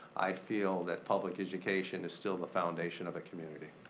i feel that public education is still the foundation of the community.